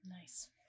Nice